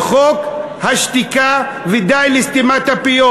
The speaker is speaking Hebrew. די לחוק השתיקה ודי לסתימת הפיות.